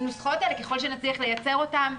הנוסחאות האלה, ככל שנצליח לייצר אותן.